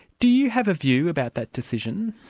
do you have a view about that decision?